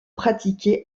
pratiqué